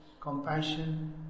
Compassion